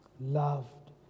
loved